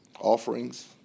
offerings